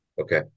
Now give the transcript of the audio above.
Okay